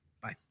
Bye